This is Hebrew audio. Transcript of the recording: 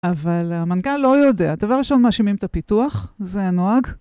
אבל המנכ״ל לא יודע. דבר ראשון, מאשימים את הפיתוח. זה נוהג.